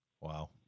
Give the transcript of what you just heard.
Wow